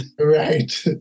Right